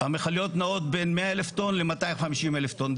המכליות נעות בין 100 אלף טון ל-250 אלף טון,